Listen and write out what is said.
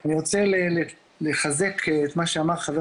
אני רוצה לחזק את מה שאמר חבר